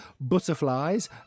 butterflies